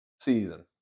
season